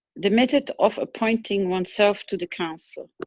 the method of appointing oneself to the council,